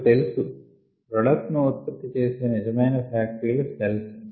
మనకు తెలుసు ప్రోడక్ట్ ను ఉత్పత్తి చేసే నిజమైన ఫ్యాక్టరీ లు సెల్స్